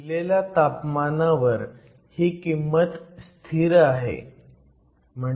दिलेल्या तापमानावर ही किंमत स्थिर आहे